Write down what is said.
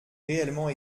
réellement